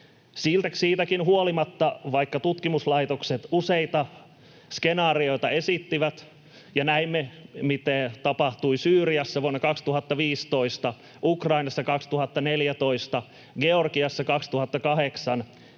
siitäkin huolimatta, että tutkimuslaitokset esittivät useita skenaarioita ja näimme, mitä tapahtui Syyriassa vuonna 2015, Ukrainassa 2014, Georgiassa 2008